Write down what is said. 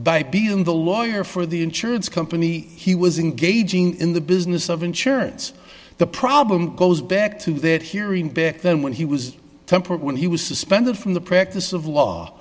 by being the lawyer for the insurance company he was engaging in the business of insurance the problem goes back to that hearing back then when he was temperate when he was suspended from the practice of law